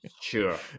Sure